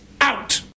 out